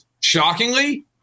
shockingly